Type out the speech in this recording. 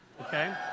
Okay